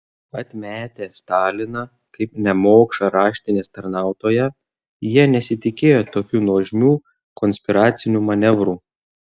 atmetę staliną kaip nemokšą raštinės tarnautoją jie nesitikėjo tokių nuožmių konspiracinių manevrų